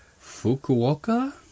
Fukuoka